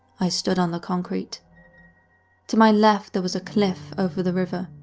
i stood on the concrete to my left there was a cliff over the river.